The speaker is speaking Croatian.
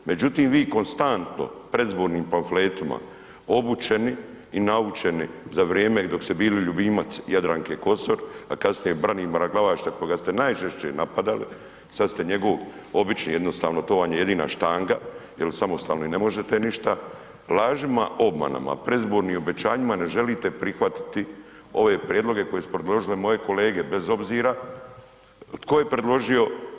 Međutim, vi konstantno predizbornim pamfletima obučeni i naučeni za vrijeme dok ste bili ljubimac Jadranke Kosor, a kasnije Branimira Glavaša koga ste najžešće napadali, sad ste njegov obično, jednostavno, to vam je jedina štanga jer samostalno i ne možete ništa, lažima, obmanama, predizbornim obećanjima, ne želite prihvatiti ove prijedloge koje su predložile moje kolege bez obzira tko je predložio.